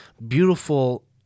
beautiful